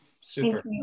super